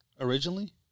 originally